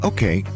Okay